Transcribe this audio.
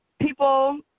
people